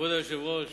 כבוד היושב-ראש,